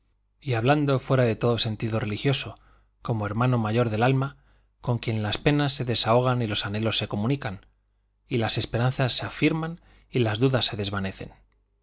y hablando fuera de todo sentido religioso como hermano mayor del alma con quien las penas se desahogan y los anhelos se comunican y las esperanzas se afirman y las dudas se desvanecen